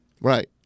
Right